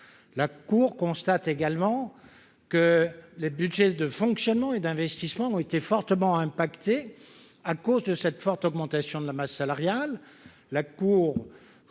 comptes constate également que les budgets de fonctionnement et d'investissement ont été fortement touchés par cette forte augmentation de la masse salariale.